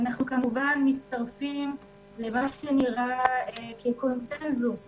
אנחנו מצטרפים למה שנראה כקונצנזוס